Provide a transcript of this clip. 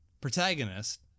protagonist